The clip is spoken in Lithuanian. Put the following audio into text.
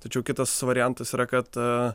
tačiau kitas variantas yra kad